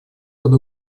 под